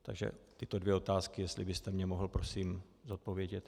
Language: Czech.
Takže tyto dvě otázky, jestli byste mně mohl prosím zodpovědět.